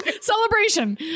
celebration